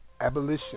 Abolition